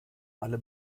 alle